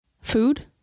food